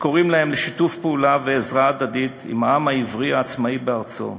וקוראים להם לשיתוף פעולה ועזרה הדדית עם העם העברי העצמאי בארצו.